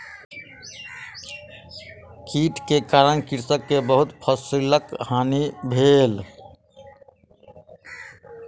कीट के कारण कृषक के बहुत फसिलक हानि भेल